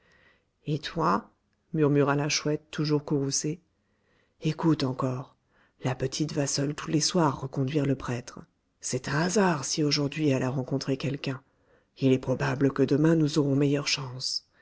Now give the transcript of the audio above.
et toi murmura la chouette toujours courroucée écoute encore la petite va seule tous les soirs reconduire le prêtre c'est un hasard si aujourd'hui elle a rencontré quelqu'un il est probable que demain nous aurons meilleure chance